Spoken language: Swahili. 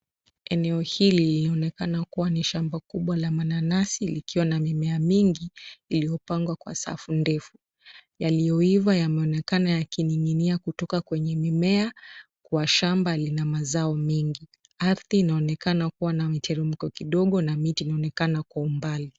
Eneo hili linaonekana kuwa ni shamba kubwa la mananasi likiwa na mimea mingi iliyopangwa kwa safu ndevu ,yaliyoiva yameonekana yakining'inia kutoka kwenye mimea kwa shamba lina mazao mengi ,ardhi inaonekana kuwa na mteremko kidogo na miti inaonekana kwa umbali.